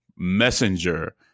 messenger